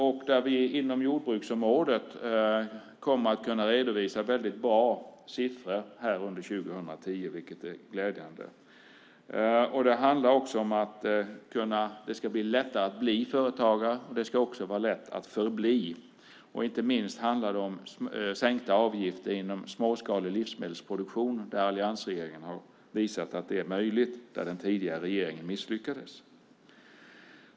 Och inom jordbruksområdet kommer vi att kunna redovisa väldigt bra siffror under 2010, vilket är glädjande. Det handlar också om att det ska bli lättare att bli företagare. Det ska också vara lätt att förbli det. Inte minst handlar det om sänkta avgifter inom småskalig livsmedelsproduktion. Alliansregeringen har visat att det är möjligt. Där misslyckades den tidigare regeringen.